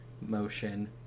motion